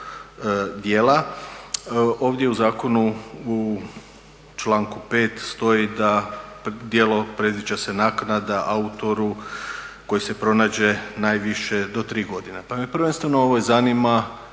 djela. Ovdje u zakonu u članku 5. stoji da djelo predviđa se naknada autoru koji se pronađe najviše do tri godine pa me prvenstveno zanima